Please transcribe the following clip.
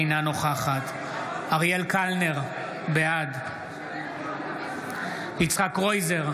אינה נוכחת אריאל קלנר, בעד יצחק קרויזר,